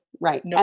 right